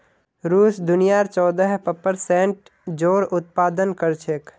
रूस दुनियार चौदह प्परसेंट जौर उत्पादन कर छेक